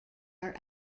are